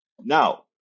now